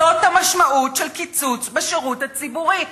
זאת המשמעות של קיצוץ בשירות הציבורי,